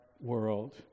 world